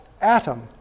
atom